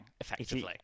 effectively